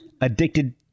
Addicted